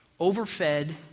overfed